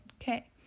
Okay